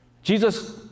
Jesus